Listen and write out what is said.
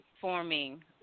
forming